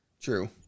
True